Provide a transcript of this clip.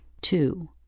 Two